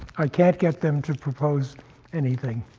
i can't get them to propose anything.